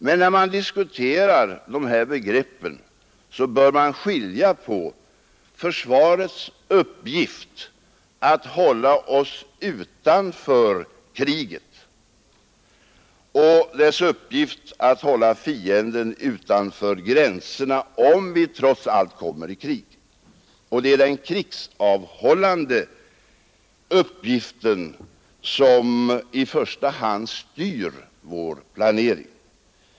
Men när man diskuterar dessa begrepp bör man skilja på försvarets uppgift att hålla oss utanför kriget och dess uppgift att hålla fienden utanför gränserna, om vi trots allt kommer i krig. Och det är den krigsavhållande uppgiften som i första hand styr vår planering.